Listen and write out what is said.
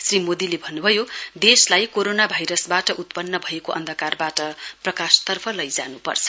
श्री मोदीले भन्नुभयो देशलाई कोरोनो भाइरसबाट उत्पन्न भएको अन्धकारबाट प्रकाशतर्फ लैजान्पर्छ